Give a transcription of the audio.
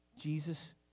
Jesus